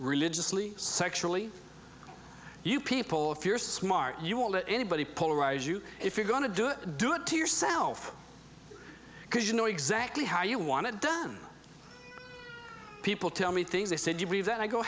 religiously sexually you people if you're smart you won't let anybody polarize you if you're going to do it do it to yourself because you know exactly how you want it done people tell me things i said you believe that i go